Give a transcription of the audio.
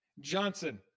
Johnson